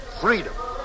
freedom